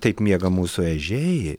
taip miega mūsų ežiai